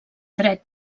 dret